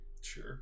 Sure